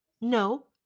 No